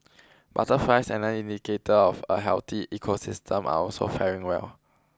butterflies another indicator of a healthy ecosystem are also faring well